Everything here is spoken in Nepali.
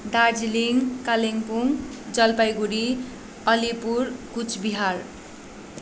दार्जिलिङ कालिम्पोङ जलपाइगढी अलिपुर कुचबिहार